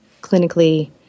clinically